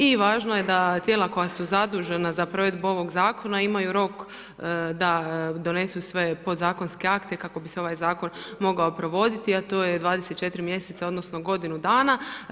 I važno je da tijela koja su zadužena za provedbu ovog zakona imaju rok da donesu sve pod zakonske akte kako bi se ovaj zakon mogao provoditi, a to je 24 mjeseca odnosno godinu dana.